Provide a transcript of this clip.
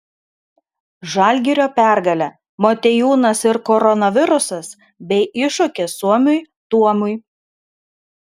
žalgirio pergalė motiejūnas ir koronavirusas bei iššūkis suomiui tuomui